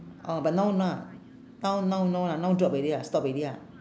orh but no ah now now no lah now drop already lah stop already lah